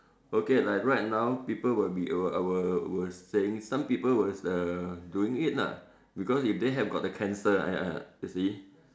okay like right now people will be were were saying some people was uh doing it lah because if they have got the cancer uh uh you see